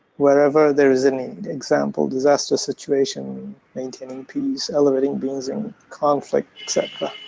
wherever there is a need. example disaster situation, maintaining peace, elevating beings in conflict etc.